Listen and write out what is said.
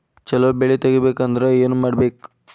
ಛಲೋ ಬೆಳಿ ತೆಗೇಬೇಕ ಅಂದ್ರ ಏನು ಮಾಡ್ಬೇಕ್?